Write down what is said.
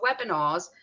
webinars